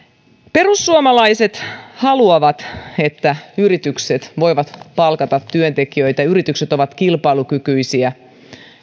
perussuomalaiset haluavat että yritykset voivat palkata työntekijöitä yritykset ovat kilpailukykyisiä